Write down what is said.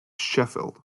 sheffield